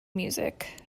music